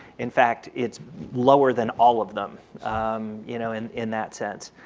in fact it's lower than all of them you know in in that sense.